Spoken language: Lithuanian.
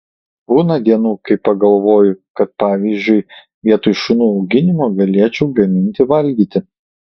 būna dienų kai pagalvoju kad pavyzdžiui vietoj šunų auginimo galėčiau gaminti valgyti